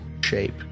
shape